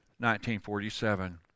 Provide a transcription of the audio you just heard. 1947